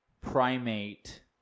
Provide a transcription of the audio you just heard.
primate